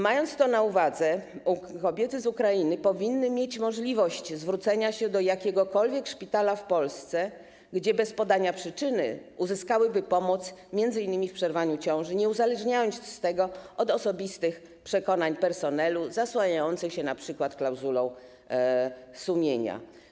Mając to wszystko na uwadze, chcę powiedzieć, że kobiety z Ukrainy powinny mieć możliwość zwrócenia się do jakiegokolwiek szpitala w Polsce, gdzie bez podania przyczyny uzyskałyby pomoc m.in. w przerwaniu ciąży niezależnie od osobistych przekonań personelu zasłaniającego się np. klauzulą sumienia.